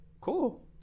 Cool